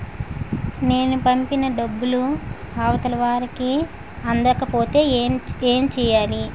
నేను పంపిన డబ్బులు అవతల వారికి అందకపోతే ఏంటి చెయ్యాలి?